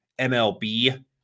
MLB